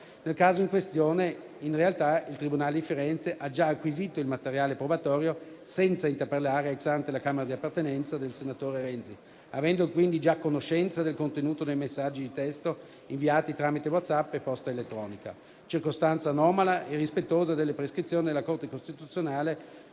Nel caso in questione, in realtà, il tribunale di Firenze ha già acquisito il materiale probatorio senza interpellare *ex ante* la Camera di appartenenza del senatore Renzi, avendo quindi già conoscenza del contenuto dei messaggi di testo inviati tramite WhatsApp e posta elettronica. Circostanza anomala e irrispettosa delle prescrizioni della Corte costituzionale,